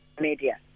media